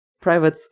private